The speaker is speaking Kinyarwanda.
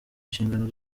inshingano